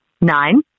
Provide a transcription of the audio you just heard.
Nine